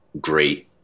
great